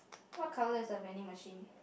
what colour is the vending machine